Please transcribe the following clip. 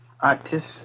artist